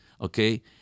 okay